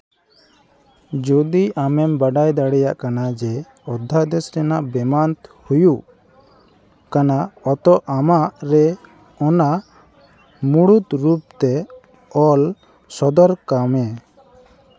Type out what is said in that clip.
ᱡᱩᱫᱤ ᱟᱢᱮᱢ ᱵᱟᱲᱟᱭ ᱫᱟᱲᱮᱭᱟᱜ ᱠᱟᱱᱟ ᱡᱮ ᱚᱫᱽᱫᱷᱟᱭᱫᱮᱥ ᱨᱮᱱᱟᱜ ᱵᱮᱢᱟᱱ ᱦᱩᱭᱩᱜ ᱠᱟᱱᱟ ᱚᱛ ᱟᱢᱟᱜ ᱨᱮ ᱚᱱᱟ ᱢᱩᱲᱩᱫ ᱨᱩᱯ ᱛᱮ ᱚᱞ ᱥᱚᱫᱚᱨ ᱠᱟᱜ ᱢᱮ